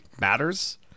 matters